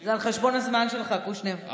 זה על חשבון הזמן שלך, קושניר.